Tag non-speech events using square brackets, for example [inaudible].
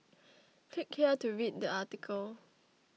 [noise] click here to read the article